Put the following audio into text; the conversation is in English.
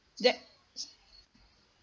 that